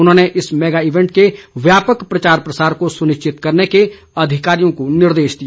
उन्होंने इस mega event के व्यापक प्रचार प्रसार को सुनिश्चित करने के अधिकारियों को निर्देश दिए